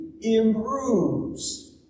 improves